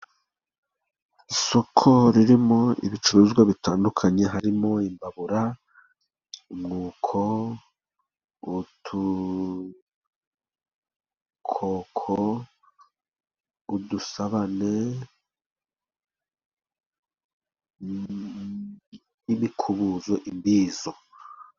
Isoko ririmo ibicuruzwa bitandukanye harimo I'm babura, umwuko utukoko, udukoko, udusabane n'imikubuzo imbizo.